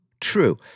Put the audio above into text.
true